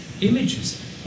images